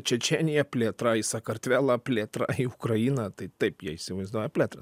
čečėniją plėtra į sakartvelą plėtra į ukrainą tai taip jie įsivaizduoja plėtrą